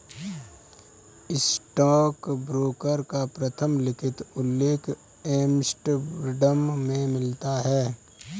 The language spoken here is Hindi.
स्टॉकब्रोकर का प्रथम लिखित उल्लेख एम्स्टर्डम में मिलता है